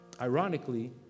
Ironically